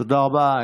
תודה רבה.